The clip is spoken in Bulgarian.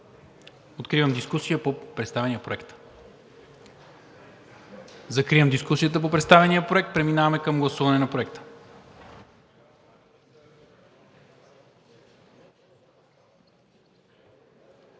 Откривам дискусия по представения проект. Закривам дискусията по представения проект. Преминаваме към гласуване на Проекта.